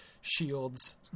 shields